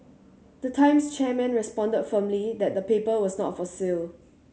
the Times chairman responded firmly that the paper was not for sale